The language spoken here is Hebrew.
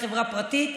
היא חברה פרטית.